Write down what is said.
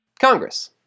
Congress